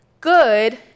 good